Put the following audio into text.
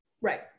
right